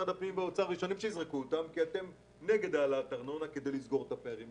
הפנים נגד העלאת ארנונה כדי לסגור את הפערים,